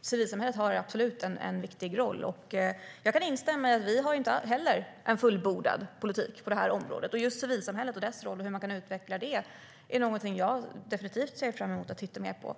civilsamhället absolut har en viktig roll. Jag kan instämma i att inte heller vi har en fullbordad politik på det här området. Vad gäller just civilsamhället och dess roll, hur man kan utveckla det, är någonting som jag definitivt ser fram emot att titta mer på.